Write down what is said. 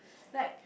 like